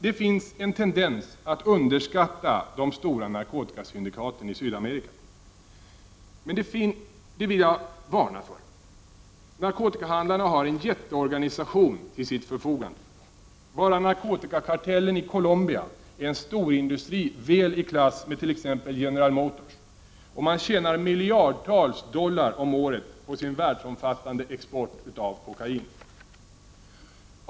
Det finns en tendens att underskatta de stora narkotikasyndikaten i Sydamerika. Men det vill jag varna för. Narkotikahandlarna har en jätteorganisation till sitt förfogande. Bara narkotikakartellen i Colombia är en storindustri väl i klass med t.ex. General Motors, och man tjänar miljardtals dollar om året på sin världsomfattande export av kokain.